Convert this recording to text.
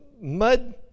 mud